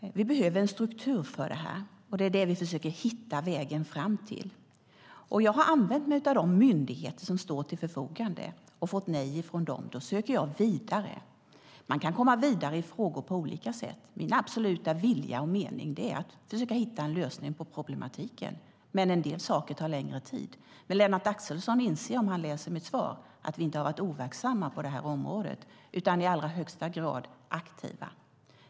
Vi behöver en struktur för det här, och det är den vi försöker hitta. Jag har använt mig av de myndigheter som står till förfogande och fått nej från dem. Då söker jag vidare. Man kan komma vidare i frågor på olika sätt. Min absoluta vilja och mening är att försöka hitta en lösning på problemet, men en del saker tar längre tid. Om Lennart Axelsson läser mitt svar inser han att vi inte har varit overksamma på det här området utan i allra högsta grad aktiva.